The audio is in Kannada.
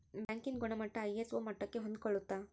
ಬ್ಯಾಂಕ್ ಇಂದು ಗುಣಮಟ್ಟ ಐ.ಎಸ್.ಒ ಮಟ್ಟಕ್ಕೆ ಹೊಂದ್ಕೊಳ್ಳುತ್ತ